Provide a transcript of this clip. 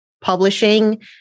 publishing